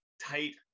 tight